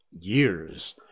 years